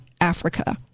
Africa